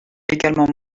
egalement